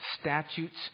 statutes